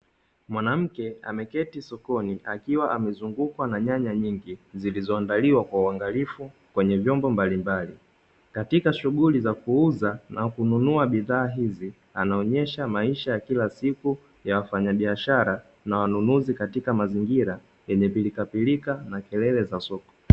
Mwanamke ameketi sokoni akiwa amezungukwa na nyanya nyingi, zilizoandaliwa kwa uangalifu kwenye vyombo mbalimbali. Katika shughuli za kuuza na kununua bidhaa hizi, anaonyesha maisha ya kila siku ya wafanyabiashara na wanunuzi katika mazingira yenye pilikapilika na kelele za soko.